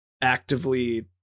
actively